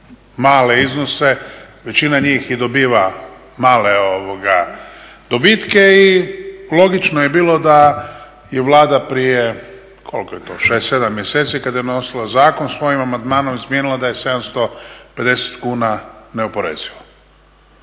male iznose, većina njih i dobiva male dobitke i logično je bilo da je Vlada prije koliko je to 6, 7 mjeseci kada je donosila zakon svojim amandmanom izmijenila da je 750 kuna neoporezivo.